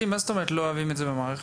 מה זאת אומרת לא אוהבים את זה במערכת?